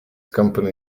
company